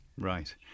Right